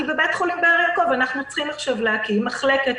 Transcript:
כי בבית חולים באר יעקב אנחנו צריכים עכשיו להקים מחלקת